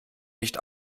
nicht